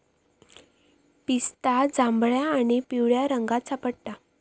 पिस्ता जांभळ्या आणि पिवळ्या रंगात सापडता